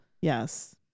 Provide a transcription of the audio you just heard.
Yes